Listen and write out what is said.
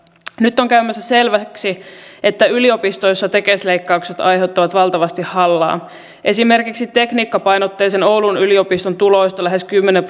nyt on käymässä selväksi että yliopistoissa tekes leikkaukset aiheuttavat valtavasti hallaa esimerkiksi tekniikkapainotteisen oulun yliopiston tuloista lähes kymmenen